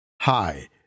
Hi